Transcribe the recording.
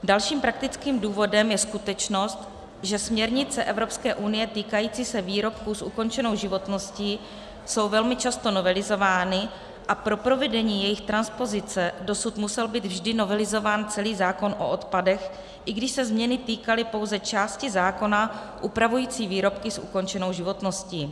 Dalším praktickým důvodem je skutečnost, že směrnice EU týkající se výrobků s ukončenou životností jsou velmi často novelizovány a pro provedení jejich transpozice dosud musel být vždy novelizován celý zákon o odpadech, i když se změny týkaly pouze části zákona upravující výrobky s ukončenou životností.